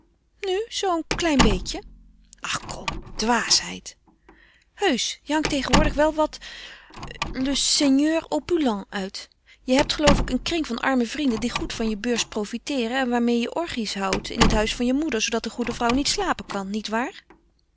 zoo een klein beetje ach kom dwaasheid heusch je hangt tegenwoordig wel wat le seigneur opulent uit je hebt geloof ik een kring van arme vrienden die goed van je beurs profiteeren en waarmeê je orgies houdt in het huis van je moeder zoodat de goede vrouw niet slapen kan niet waar